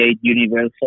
universal